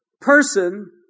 person